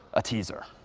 a teaser.